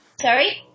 Sorry